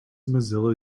mozilla